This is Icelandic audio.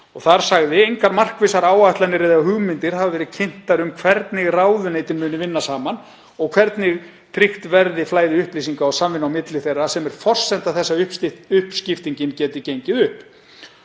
og þar sagði: „Engar markvissar áætlanir eða hugmyndir hafa verið kynntar um hvernig ráðuneytin muni vinna saman og hvernig tryggt verði flæði upplýsinga og samvinna milli þeirra sem er forsenda þess að uppskiptingin geti gengið upp.